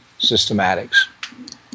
systematics